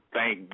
Thank